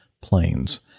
planes